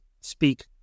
speak